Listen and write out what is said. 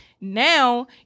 Now